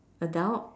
adult